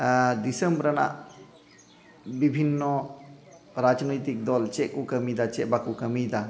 ᱫᱤᱥᱟᱹᱢ ᱨᱮᱱᱟᱜ ᱵᱤᱵᱷᱤᱱᱱᱚ ᱨᱟᱡᱽᱱᱳᱭᱛᱤᱠ ᱫᱚᱞ ᱪᱮᱫ ᱠᱚ ᱠᱟᱹᱢᱤᱭᱮᱫᱟ ᱪᱮᱫ ᱵᱟᱠᱚ ᱠᱟᱹᱢᱤᱭᱮᱫᱟ